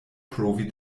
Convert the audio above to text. provi